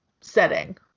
setting